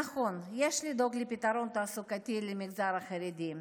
נכון, יש לדאוג לפתרון תעסוקתי למגזר החרדי,